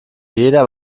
jeder